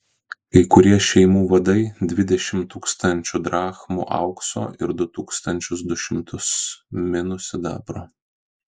kai kurie šeimų vadai dvidešimt tūkstančių drachmų aukso ir du tūkstančius du šimtus minų sidabro